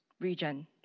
region